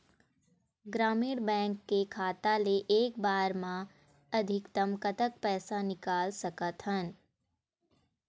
ग्रामीण बैंक के खाता ले एक बार मा अधिकतम कतक पैसा निकाल सकथन?